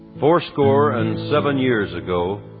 four score and seven years ago,